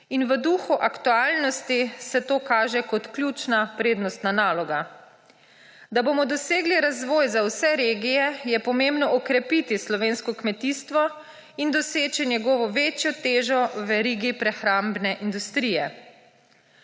in v duhu aktualnosti se to kaže kot ključna prednostna naloga. Da bomo dosegli razvoj za vse regije, je pomembno okrepiti slovensko kmetijstvo in doseči njegovo večjo težo v verigi prehrambne industrije.